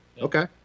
Okay